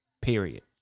period